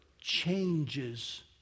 changes